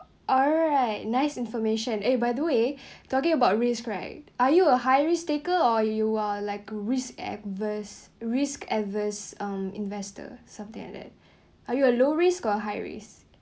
alright nice information eh by the way talking about risk right are you a high risk taker or you are like a risk adverse risk averse um investor something like that are you a low risk of high risk